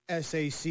SAC